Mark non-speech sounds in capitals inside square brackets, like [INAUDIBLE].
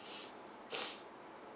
[BREATH]